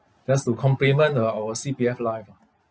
that's to complement uh our C_P_F LIFE ah